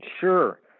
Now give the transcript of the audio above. Sure